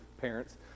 parents